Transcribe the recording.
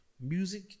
Music